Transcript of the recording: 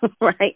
right